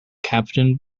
captain